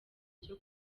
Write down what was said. cyo